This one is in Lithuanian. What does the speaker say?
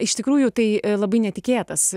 iš tikrųjų tai labai netikėtas